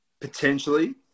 Potentially